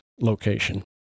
location